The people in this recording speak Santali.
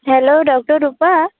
hello doctor Rupa